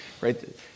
right